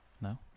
No